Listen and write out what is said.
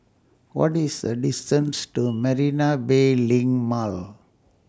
What IS The distance to Marina Bay LINK Mall